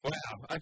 Wow